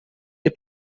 del